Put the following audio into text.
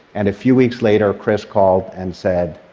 and a few weeks later, chris called and said,